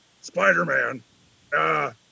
Spider-Man